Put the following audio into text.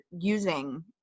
using